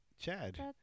chad